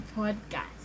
podcast